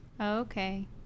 Okay